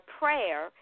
prayer